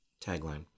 tagline